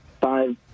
five